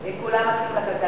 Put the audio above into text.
כן.